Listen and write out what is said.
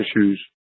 issues